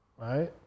right